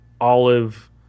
olive